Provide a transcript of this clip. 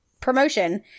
promotion